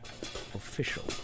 Official